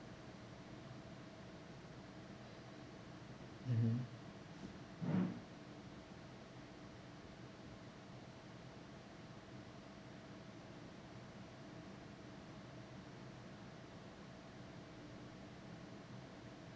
mmhmm